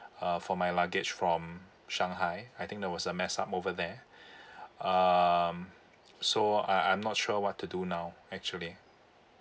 uh for my luggage from shanghai I think there was a mess up over there um so I I'm not sure what to do now actually